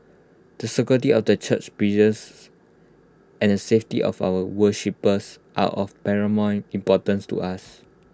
the security of the church premises and the safety of our worshippers are of paramount importance to us